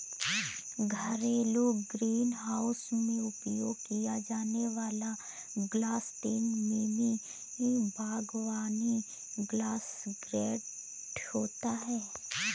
घरेलू ग्रीनहाउस में उपयोग किया जाने वाला ग्लास तीन मिमी बागवानी ग्लास ग्रेड होता है